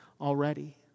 already